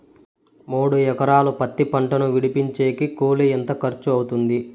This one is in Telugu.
మూడు ఎకరాలు పత్తి పంటను విడిపించేకి కూలి ఎంత ఖర్చు అవుతుంది?